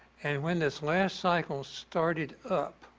and when this last cycle started up,